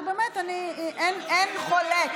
שבאמת אין חולק,